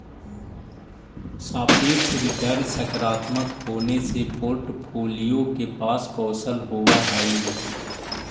सापेक्ष रिटर्न सकारात्मक होने से पोर्ट्फोलीओ के पास कौशल होवअ हई